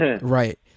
right